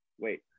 wait